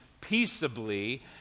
peaceably